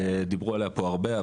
דיברו עליה פה הרבה,